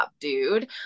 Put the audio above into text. dude